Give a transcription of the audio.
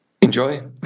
Enjoy